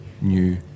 new